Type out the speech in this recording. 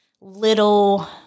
little